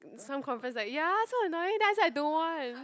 some conferences that ya so annoying then I said I don't want